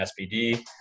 SPD